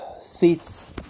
seats